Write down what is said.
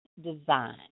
design